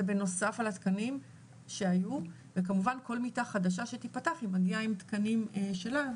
בנוסף על התקנים שהיו וכמובן כל מיטה חדשה שתיפתח זה מגיע עם תקנים שלה,